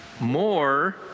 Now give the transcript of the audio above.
more